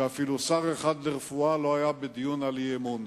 שאפילו שר אחד לרפואה לא היה בדיון על אי-אמון.